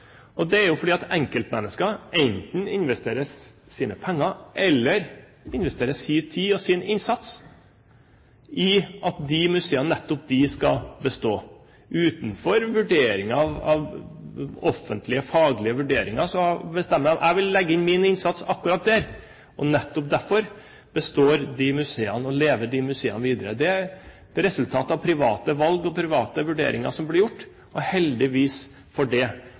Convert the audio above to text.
Det er jo fordi enkeltmennesker enten investerer sine penger eller sin tid og sin innsats for at nettopp de museene skal bestå. Uten offentlige, faglige vurderinger bestemmer de at de vil legge sin innsats akkurat der. Nettopp derfor består de museene, og de museene lever videre. Det er et resultat av private valg og private vurderinger som blir gjort, og heldigvis for det.